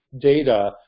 data